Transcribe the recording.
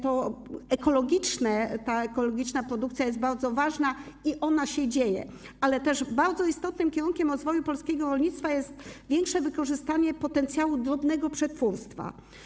Ta ekologiczna produkcja jest więc bardzo ważna i to się dzieje, ale też bardzo istotnym kierunkiem rozwoju polskiego rolnictwa jest większe wykorzystanie potencjału drobnego przetwórstwa.